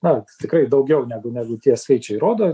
na tikrai daugiau negu negu tie skaičiai rodo